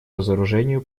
разоружению